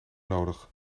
nodig